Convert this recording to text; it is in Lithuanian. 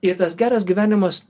ir tas geras gyvenimas